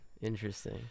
Interesting